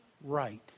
right